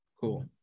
cool